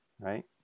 right